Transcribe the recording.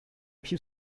più